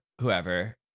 whoever